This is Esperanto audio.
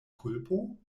kulpo